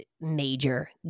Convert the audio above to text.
major